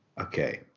Okay